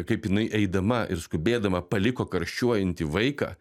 kaip jinai eidama ir skubėdama paliko karščiuojantį vaiką